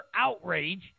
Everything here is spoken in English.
outrage